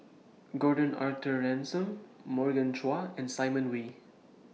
Gordon Arthur Ransome Morgan Chua and Simon Wee